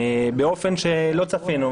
באופן שלא צפינו,